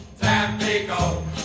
Tampico